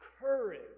courage